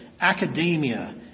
academia